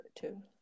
two